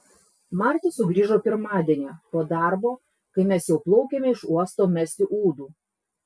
marta sugrįžo pirmadienį po darbo kai mes jau plaukėme iš uosto mesti ūdų